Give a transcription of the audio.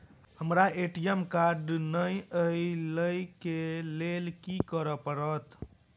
हमरा ATM card नै अई लई केँ लेल की करऽ पड़त?